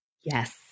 Yes